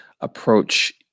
approach